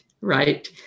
right